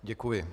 Děkuji.